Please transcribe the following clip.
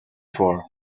for